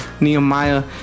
Nehemiah